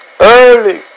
early